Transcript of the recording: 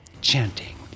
chanting